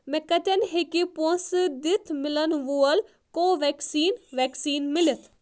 مےٚ کتٮ۪ن ہیٚکہِ پونٛسہٕ دِتھ مِلن وول کو ویٚکسیٖن ویکسیٖن مِلِتھ؟